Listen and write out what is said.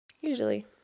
usually